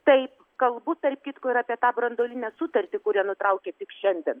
taip kalbu tarp kitko ir apie tą branduolinę sutartį kurią nutraukė tik šiandien